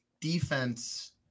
defense